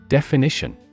Definition